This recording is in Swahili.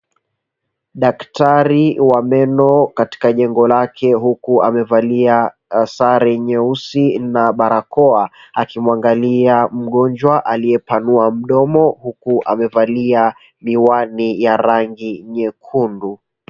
Daktari wa meno katika jengo lake huku amevalia sare nyeusi na barakoa, akimwangalia mgonjwa aliyepanua mdomo huku amevalia miwani ya rangi nyekundu.